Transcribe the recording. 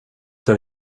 tar